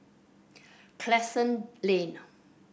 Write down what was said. Crescent Lane